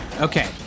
Okay